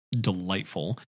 delightful